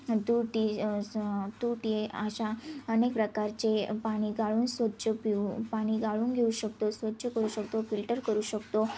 तुरटी स तुटी अशा अनेक प्रकारचे पाणी गाळून स्वच्छ पिऊ पाणी गाळून घेऊ शकतो स्वच्छ करू शकतो फिल्टर करू शकतो